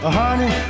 honey